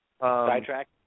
Sidetrack